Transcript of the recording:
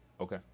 okay